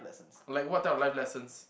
like what type of life lessons